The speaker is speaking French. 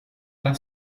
pas